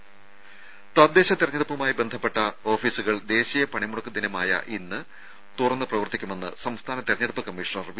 രുഭ തദ്ദേശ തെരഞ്ഞെടുപ്പുമായി ബന്ധപ്പെട്ട ഓഫീസുകൾ ദേശീയ പണിമുടക്ക് ദിവസമായ ഇന്ന് തുറന്നു പ്രവർത്തിക്കുമെന്ന് സംസ്ഥാന തെരഞ്ഞെടുപ്പ് കമ്മീഷണർ വി